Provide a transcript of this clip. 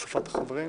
הצבעה